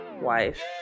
wife